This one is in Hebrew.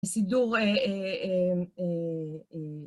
סידור